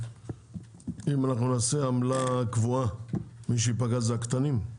שאם אנחנו נעשה עמלה קבועה מי שייפגע זה הקטנים?